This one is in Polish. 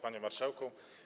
Panie Marszałku!